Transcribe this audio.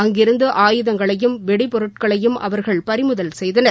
அங்கிருந்து ஆயுதங்களையும் வெடிப்பொருட்களையும் அவர்கள் பறிமுதல் செய்தனர்